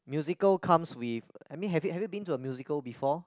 musical comes with I mean have you have you been to a musical before